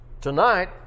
tonight